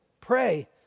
pray